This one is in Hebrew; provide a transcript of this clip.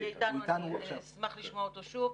אני אשמח לשמוע אותו שוב.